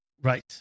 right